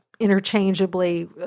interchangeably